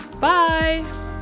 Bye